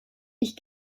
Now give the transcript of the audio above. ich